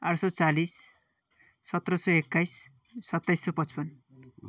आठ सय चालिस सत्र सय एक्काइस सत्ताइस सय पच्चपन